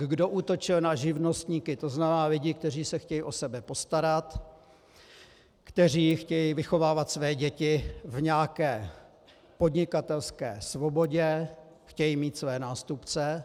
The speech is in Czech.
Kdo útočil na živnostníky, to znamená lidi, kteří se o sebe chtějí postarat, kteří chtějí vychovávat své děti v nějaké podnikatelské svobodě, chtějí mít své nástupce?